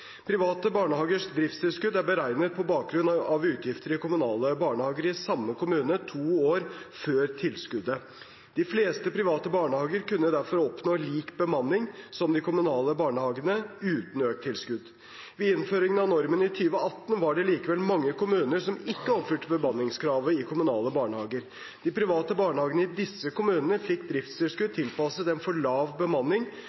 Private barnehagers driftstilskudd er beregnet på bakgrunn av utgifter i kommunale barnehager i samme kommune to år før tilskuddet. De fleste private barnehager kunne derfor oppnå samme bemanning som de kommunale barnehagene uten økt tilskudd. Ved innføring av normen i 2018 var det likevel mange kommuner som ikke oppfylte bemanningskravet i kommunale barnehager. De private barnehagene i disse kommunene fikk driftstilskudd tilpasset en for lav bemanning